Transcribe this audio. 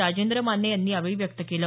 राजेंद्र माने यांनी यावेळी व्यक्त केलं